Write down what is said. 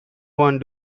one